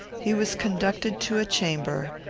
he was conducted to a chamber,